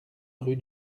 rue